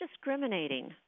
discriminating